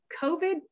COVID